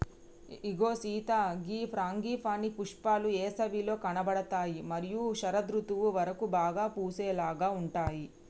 ఇగో సీత గీ ఫ్రాంగిపానీ పుష్పాలు ఏసవిలో కనబడుతాయి మరియు శరదృతువు వరకు బాగా పూసేలాగా ఉంటాయి